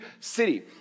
city